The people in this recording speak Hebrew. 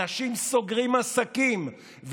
אנשים סוגרים עסקים,